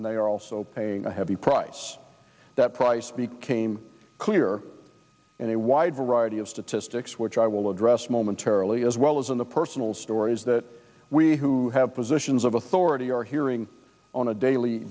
and they are also paying a heavy price that price became clear in a wide variety of statistics which i will address momentarily as well as in the personal stories that we who have positions of authority are hearing on a daily